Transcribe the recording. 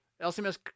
LCMS